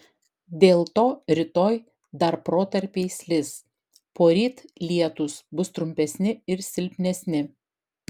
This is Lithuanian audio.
dėl to rytoj dar protarpiais lis poryt lietūs bus trumpesni ir silpnesni